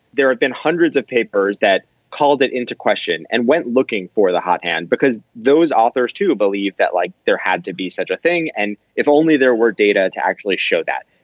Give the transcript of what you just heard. there had been hundreds of papers that called it into question and went looking for the hot hand because those authors to believe that, like there had to be such a thing. and if only there were data to actually show that.